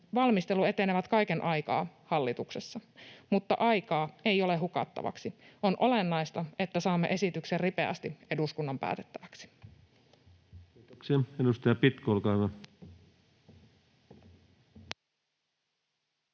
valmistelu etenevät kaiken aikaa hallituksessa, mutta aikaa ei ole hukattavaksi. On olennaista, että saamme esityksen ripeästi eduskunnan päätettäväksi. [Speech 165] Speaker: